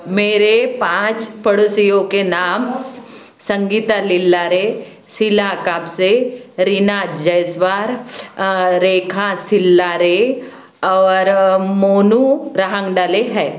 मेरे पाँच पड़ोसियों के नाम संगीता लिल्लारे शीला काबसे रीना जैसवार रेखा सिल्लारे और मोनू रहांगडले है